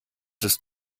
des